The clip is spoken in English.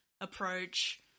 approach